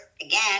again